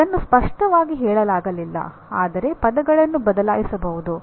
ಇದನ್ನು ಸ್ಪಷ್ಟವಾಗಿ ಹೇಳಲಾಗಲಿಲ್ಲ ಆದರೆ ಪದಗಳನ್ನು ಬದಲಾಯಿಸಬಹುದು